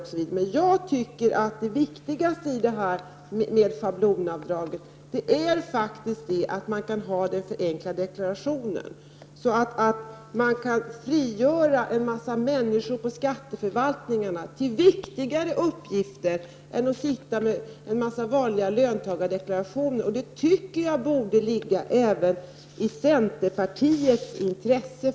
Jag tycker faktiskt att det viktigaste med schablonavdraget är att vi kan förenkla deklarationen. Man kan frigöra människor på skatteförvaltningarna till viktigare uppgifter än att sitta med en mängd vanliga löntagares deklarationer. Jag tycker faktiskt att det borde ligga i centerpartiets intresse.